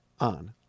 on